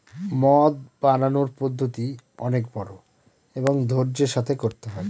মদ বানানোর পদ্ধতি অনেক বড়ো এবং ধৈর্য্যের সাথে করতে হয়